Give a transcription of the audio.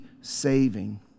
saving